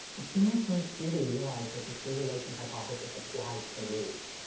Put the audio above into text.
it's when i first really realized that the simulation hypothesis applies to me